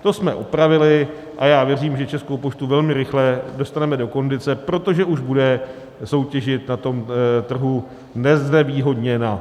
To jsme upravili a já věřím, že Českou poštu velmi rychle dostaneme do kondice, protože už bude soutěžit na tom trhu neznevýhodněna.